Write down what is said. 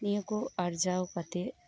ᱱᱤᱭᱟᱹ ᱠᱚ ᱟᱨᱡᱟᱣ ᱠᱟᱛᱮᱜ